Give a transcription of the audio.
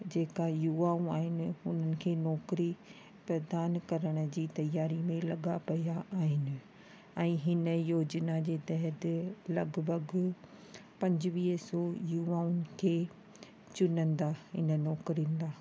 जेका युवाऊं आहिनि हुननि खे नौकरी प्रदान करण जी तयारी में लॻा पिया आहिनि ऐं हिन योजना जे तहत लॻभॻि पंजुवीह सौ युवाउनि खे चुनंदा आहिनि नौकिरियुनि लाइ